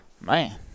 man